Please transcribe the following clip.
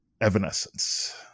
Evanescence